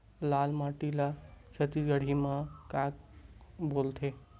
लाल माटी ला छत्तीसगढ़ी मा का बोलथे?